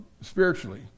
spiritually